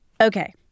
Okay